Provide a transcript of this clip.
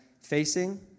facing